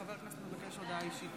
חבר הכנסת מבקש הודעה אישית